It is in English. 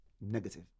negative